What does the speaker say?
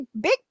big